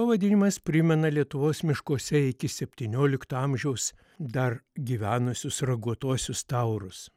pavadinimas primena lietuvos miškuose iki septyniolikto amžiaus dar gyvenusius raguotuosius taurus